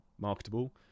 marketable